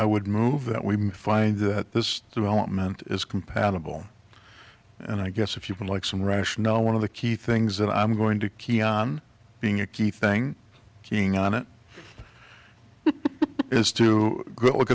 i would move that we find that this development is compatible and i guess if you don't like some rash no one of the key things that i'm going to kion being a key thing keying on it is to go look